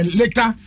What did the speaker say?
later